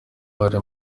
uhari